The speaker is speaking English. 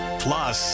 plus